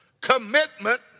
Commitment